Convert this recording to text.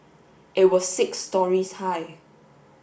it was six storeys high